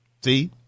See